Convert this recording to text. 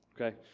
Okay